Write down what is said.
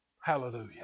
Hallelujah